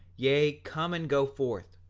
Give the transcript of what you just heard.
yea, come and go forth,